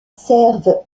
servent